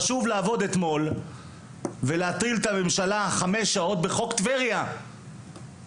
חשוב לעבוד אתמול ולהטריל את הממשלה חמש שעות בחוק טבריה כדי